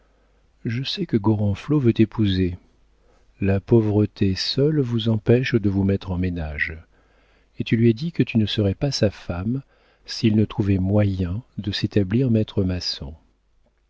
je sais que gorenflot veut t'épouser la pauvreté seule vous empêche de vous mettre en ménage et tu lui as dit que tu ne serais pas sa femme s'il ne trouvait moyen de se rendre maître maçon